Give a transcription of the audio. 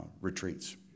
retreats